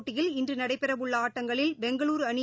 போட்டியில் இன்றுநடைபெறஉள்ள ஆட்டங்களில் பெங்களுருஅணி ஐபி